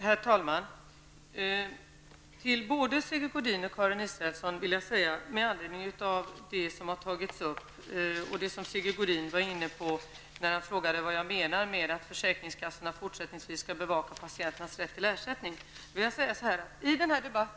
Herr talman! Med anledning av det som har tagits upp -- och framför allt det som Sigge Godin var inne på när han frågade vad jag menar med att försäkringskassorna fortsättningsvis skall bevaka patienternas rätt till ersättning -- vill jag säga följande till både Sigge Godin och Karin Israelsson.